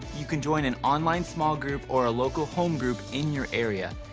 you can join an online small group, or a local home group in your area,